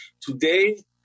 Today